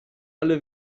alle